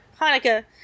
Hanukkah